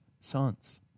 sons